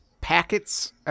packets